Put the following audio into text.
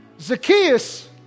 Zacchaeus